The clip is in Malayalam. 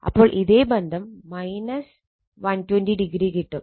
അപ്പോൾ ഇതേ ബന്ധം 120o കിട്ടും